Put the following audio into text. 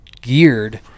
geared